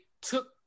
took